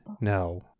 no